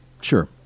Sure